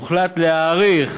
הוחלט להאריך